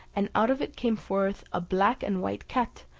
and out of it came forth a black and white cat,